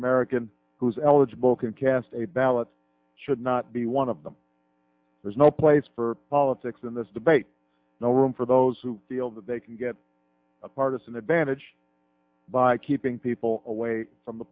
american who's eligible can cast a ballot should not be one of them there's no place for politics in this debate no room for those who feel that they can get a partisan advantage by keeping people away from the